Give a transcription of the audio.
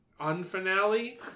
unfinale